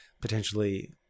Potentially